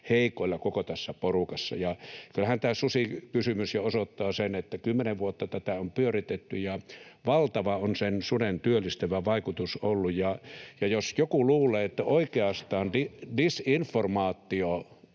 heikoilla koko tässä porukassa. Kyllähän tämä susikysymys jo osoittaa sen, että kymmenen vuotta tätä on pyöritetty ja valtava on se suden työllistävä vaikutus ollut, [Petri Hurun välihuuto] ja jos joku luulee, että oikeastaan disinformaatio-